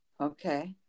Okay